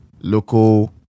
local